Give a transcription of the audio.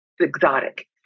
exotic